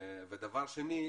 דבר שני,